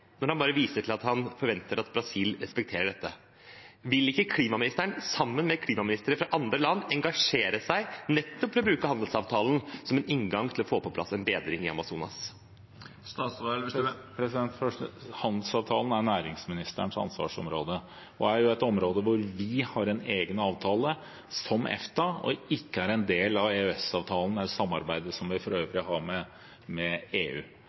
når han bare viser til at han forventer at Brasil respekterer dette. Vil ikke klimaministeren, sammen med klimaministre fra andre land, engasjere seg nettopp for å bruke handelsavtalen som en inngang til å få på plass en bedring i Amazonas? Først: Handelsavtalen er næringsministerens ansvarsområde, og det er et område hvor vi har en egen avtale, som er EFTA, og som ikke er en del av EØS-avtalen og det øvrige samarbeidet som vi har med EU. Jeg har et eget samarbeid med